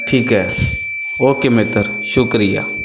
ਠੀਕ ਹੈ ਓਕੇ ਮਿੱਤਰ ਸ਼ੁਕਰੀਆ